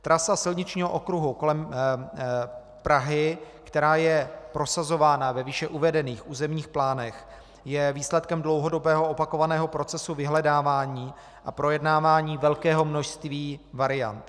Trasa silničního okruhu kolem Prahy, která je prosazována ve výše uvedených územních plánech, je výsledkem dlouhodobého opakovaného procesu vyhledávání a projednávání velkého množství variant.